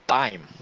time